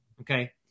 Okay